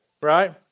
right